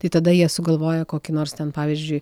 tai tada jie sugalvoja kokį nors ten pavyzdžiui